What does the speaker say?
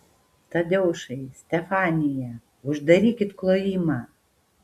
tadeušai stefanija uždarykit klojimą